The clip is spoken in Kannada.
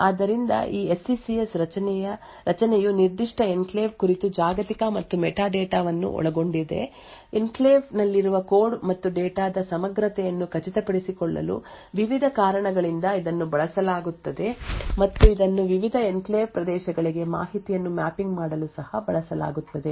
ಆದ್ದರಿಂದ ಈ SECS ರಚನೆಯು ನಿರ್ದಿಷ್ಟ ಎನ್ಕ್ಲೇವ್ ಕುರಿತು ಜಾಗತಿಕ ಮತ್ತು ಮೆಟಾ ಡೇಟಾವನ್ನು ಒಳಗೊಂಡಿದೆ ಎನ್ಕ್ಲೇವ್ನಲ್ಲಿರುವ ಕೋಡ್ ಮತ್ತು ಡೇಟಾದ ಸಮಗ್ರತೆಯನ್ನು ಖಚಿತಪಡಿಸಿಕೊಳ್ಳಲು ವಿವಿಧ ಕಾರಣಗಳಿಂದ ಇದನ್ನು ಬಳಸಲಾಗುತ್ತದೆ ಮತ್ತು ಇದನ್ನು ವಿವಿಧ ಎನ್ಕ್ಲೇವ್ ಪ್ರದೇಶಗಳಿಗೆ ಮಾಹಿತಿಯನ್ನು ಮ್ಯಾಪಿಂಗ್ ಮಾಡಲು ಸಹ ಬಳಸಲಾಗುತ್ತದೆ